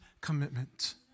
commitment